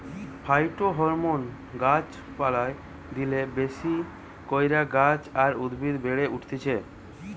phytohormone গাছ পালায় দিলা বেশি কইরা গাছ আর উদ্ভিদ বেড়ে উঠতিছে